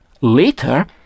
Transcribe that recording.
Later